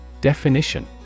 Definition